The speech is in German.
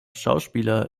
schauspieler